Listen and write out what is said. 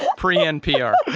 ah pre-npr,